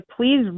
please